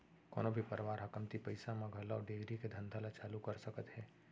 कोनो भी परवार ह कमती पइसा म घलौ डेयरी के धंधा ल चालू कर सकत हे